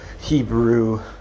Hebrew